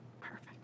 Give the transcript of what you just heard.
Perfect